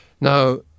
Now